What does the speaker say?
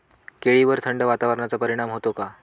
केळीवर थंड वातावरणाचा परिणाम होतो का?